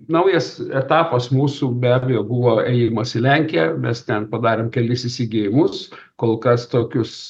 naujas etapas mūsų be abejo buvo ėjimas į lenkiją mes ten padarėm kelis įsigijimus kol kas tokius